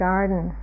Garden